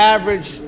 Average